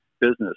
business